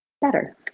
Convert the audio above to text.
better